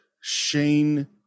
Shane